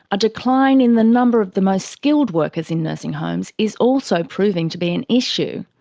a decline in the number of the most skilled workers in nursing homes is also proving to be an issue.